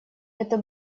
это